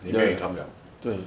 你没有 income liao